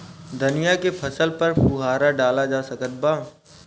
धनिया के फसल पर फुहारा डाला जा सकत बा?